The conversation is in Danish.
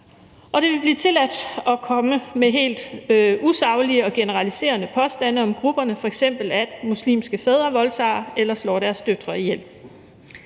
det ville blive tilladt at komme med helt usaglige og generaliserende påstande om grupperne, f.eks. at muslimske fædre voldtager eller slår deres døtre ihjel.